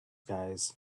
guys